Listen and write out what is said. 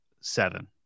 seven